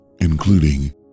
including